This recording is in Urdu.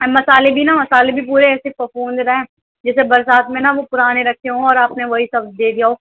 مسالے بھی نہ مسالے بھی پورے ایسے پھپھوند رہے ہیں جیسے برسات میں نہ وہ پرانے رکھے ہوں اور آپ نے وہی سب دے دیا ہو